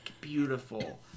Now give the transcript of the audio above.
Beautiful